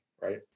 right